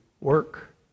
work